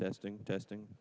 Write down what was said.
testing testing